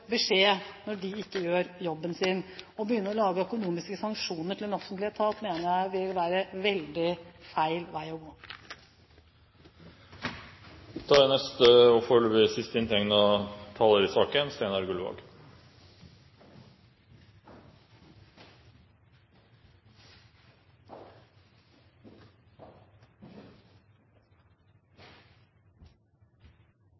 beskjed når de ikke gjør jobben sin. Å begynne å lage økonomiske sanksjoner overfor en offentlig etat, mener jeg vil være feil vei å